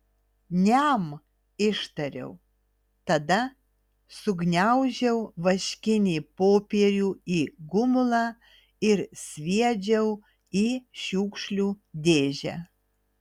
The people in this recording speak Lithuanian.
niam ištariau tada sugniaužiau vaškinį popierių į gumulą ir sviedžiau į šiukšlių dėžę